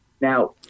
Now